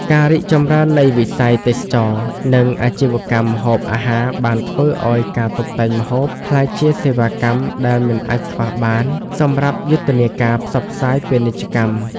ការរីកចម្រើននៃវិស័យទេសចរណ៍ និងអាជីវកម្មម្ហូបអាហារបានធ្វើឱ្យការតុបតែងម្ហូប ក្លាយជាសេវាកម្មដែលមិនអាចខ្វះបានសម្រាប់យុទ្ធនាការផ្សព្វផ្សាយពាណិជ្ជកម្ម។